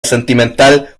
sentimental